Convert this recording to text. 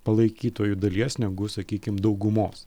palaikytojų dalies negu sakykim daugumos